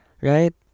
Right